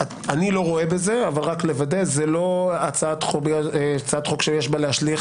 אני לא רואה בזה אבל זו לא הצעת חוק שיש בה להשליך